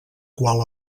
qual